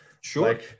Sure